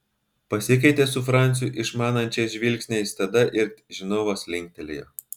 pasikeitė su franciu išmanančiais žvilgsniais tada it žinovas linktelėjo